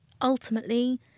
ultimately